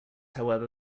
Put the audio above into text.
however